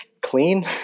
clean